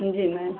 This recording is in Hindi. जी मैम